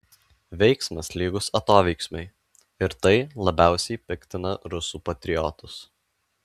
veiksmas lygus atoveiksmiui ir tai labiausiai piktina rusų patriotus